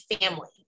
family